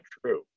true